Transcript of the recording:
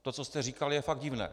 To, co jste říkal, je fakt divné.